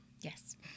Yes